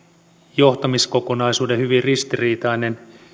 johtamiskokonaisuuden hyvin ristiriitainen